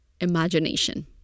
imagination